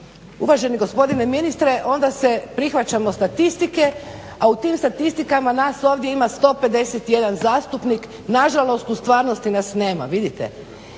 Uvaženi gospodine ministre onda se prihvaćamo statistike, a u tim statistikama nas ovdje ima 151 zastupnik, nažalost u stvarnosti nas nema, vidite.